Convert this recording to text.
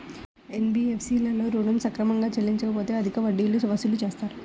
NBFC లలో ఋణం సక్రమంగా చెల్లించలేకపోతె అధిక వడ్డీలు వసూలు చేస్తారా?